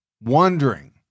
wondering